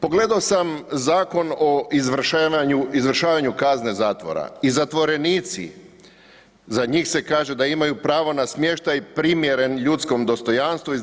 Pogledao sam Zakon o izvršavanju kazne zatvora i zatvorenici, za njih se kaže da imaju pravo na smještaj primjeren ljudskom dostojanstvu i